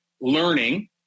learning